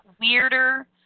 weirder